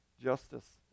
justice